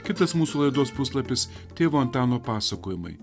kitas mūsų laidos puslapis tėvo antano pasakojimai